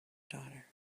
daughter